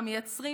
המייצרים,